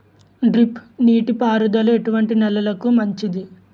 Drip నీటి పారుదల ఎటువంటి నెలలకు మంచిది?